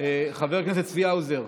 חבר הכנסת צבי האוזר,